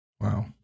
Wow